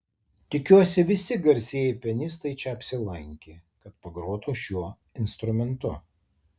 tikiuosi visi garsieji pianistai čia apsilankė kad pagrotų šiuo instrumentu